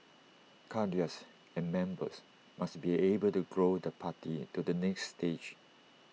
cadres and members must be able to grow the party to the next stage